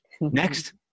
Next